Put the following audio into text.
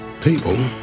People